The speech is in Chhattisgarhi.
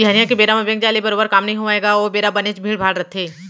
बिहनिया के बेरा म बेंक जाय ले बरोबर काम ह नइ होवय गा ओ बेरा बनेच भीड़ भाड़ रथे